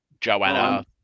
Joanna